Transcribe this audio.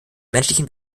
menschlichen